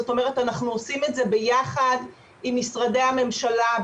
זאת אומרת אנחנו עושים את זה ביחד עם משרדי הממשלה,